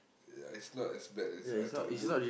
yeah it's not as bad as I thought it would